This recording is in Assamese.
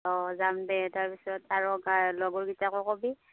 অঁ যাম দে তাৰপিছত আৰু লগৰ কিটাকো ক'বি